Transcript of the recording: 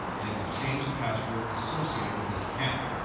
and it would change the password associated with this account.